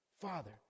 Father